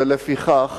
ולפיכך